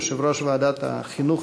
יושב-ראש ועדת החינוך,